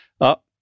up